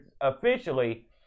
officially